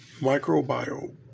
microbiome